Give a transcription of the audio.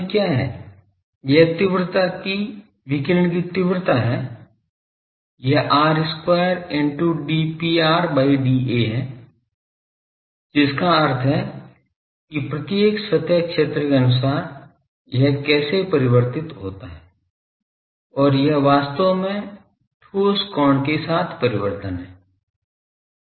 यह विकिरण की तीव्रता है यह r square into dPr by dA है जिसका अर्थ है कि प्रत्येक सतह क्षेत्र के अनुसार यह कैसे परिवर्तित होता है और यह वास्तव में ठोस कोण के साथ परिवर्तन है